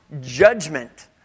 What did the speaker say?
judgment